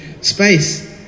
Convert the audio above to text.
Space